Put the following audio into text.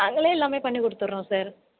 நாங்களே எல்லாமே பண்ணிக் கொடுத்துறோம் சார்